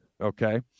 Okay